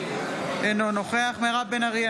אינו נוכח מירב בן ארי,